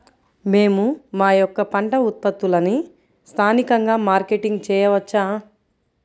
మేము మా యొక్క పంట ఉత్పత్తులని స్థానికంగా మార్కెటింగ్ చేయవచ్చా?